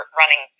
running